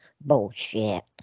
Bullshit